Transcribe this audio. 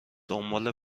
دنبال